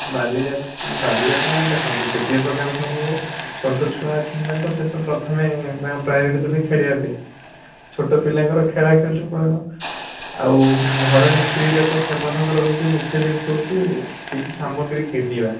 ବାଲିଯାତ୍ରା ବାଲିଯାତ୍ରା ଦେଖନ୍ତୁ ଯେତିକ ପ୍ରକାର ସବୁ ଛୋଟ ଛୁଆ ଅଛନ୍ତି ମାନେ ସେ ତ ପ୍ରଥମେ ତାଙ୍କୁ ପ୍ରାଇଭେଟ ଦେବେ ଖେଳିବା ପାଇଁ ଛୋଟ ପିଲାଙ୍କର ଖେଳାଖେଳିରେ ପଳେଇବ ଆଉ ଘରଣୀ ସ୍ତ୍ରୀ ଲୋକ ସେମାନଙ୍କର ହେଉଛି ମୁଖ୍ୟ ଜିନିଷ ହେଉଛି କିଛି ସାମଗ୍ରୀ କିଣିବା